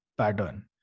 pattern